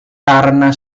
karena